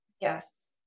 Yes